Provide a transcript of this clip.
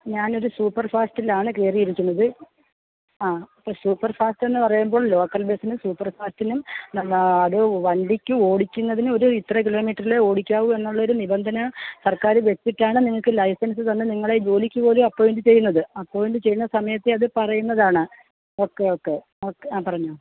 ഞാനൊരു സൂപ്പർ ഫാസ്റ്റിലാണ് കയറിയിരിക്കുന്നത് ആ സൂപ്പർ ഫാസ്റ്റെന്നു പറയുമ്പോൾ ലോക്കൽ ബസ്സിനും സൂപ്പർ ഫാസ്റ്റിനും അത് വണ്ടിക്ക് ഓടിക്കുന്നതിനും ഒരു ഇത്ര കിലോമീറ്ററിലേ ഓടിക്കാവൂ എന്നുള്ളൊരു നിബന്ധന സർക്കാര് വെപ്പിച്ചാണ് നിങ്ങൾക്ക് ലൈസൻസ് തന്ന് നിങ്ങളെ ജോലിക്ക് പോലും അപ്പോയിന്റ് ചെയ്യുന്നത് അപ്പോയിന്റ് ചെയ്യുന്ന സമയത്തെ അത് പറയുന്നതാണ് ഓക്കെ ഓക്കെ ഓക്കെ ആ പറഞ്ഞോ